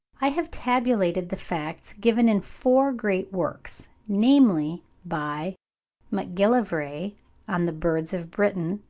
i have tabulated the facts given in four great works, namely, by macgillivray on the birds of britain,